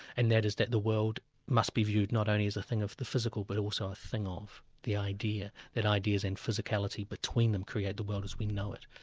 and that is that the world must be viewed not only as a thing of the physical but also a thing of, the idea. that ideas in physicality between them create the world as we know it,